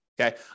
Okay